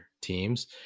teams